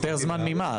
יותר זמן ממה?